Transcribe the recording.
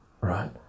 right